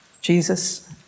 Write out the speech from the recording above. Jesus